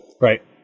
Right